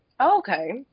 okay